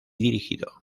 dirigido